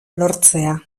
lortzea